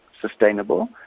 sustainable